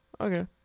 Okay